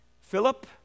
Philip